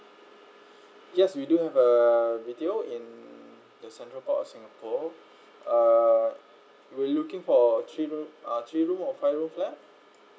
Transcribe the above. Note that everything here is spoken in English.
yes we do have a B_T_O in the central port of singapore uh you're looking for a three room uh three room of five room flat